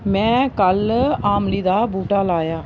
में कल्ल आमली दा बूह्टा लाया